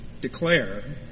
declare